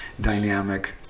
dynamic